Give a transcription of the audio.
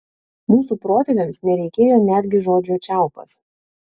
mūsų protėviams nereikėjo netgi žodžio čiaupas